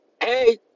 hey